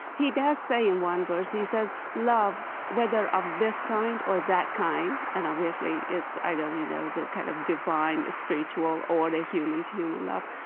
he does say, in one verse, he says, love, whether of this kind or that kind, and obviously, it's either, you know, the kind of divine, spiritual, or the human-to-human love,